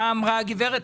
מה אמרה הגברת?